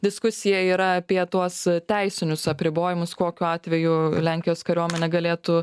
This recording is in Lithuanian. diskusija yra apie tuos teisinius apribojimus kokiu atveju lenkijos kariuomenė galėtų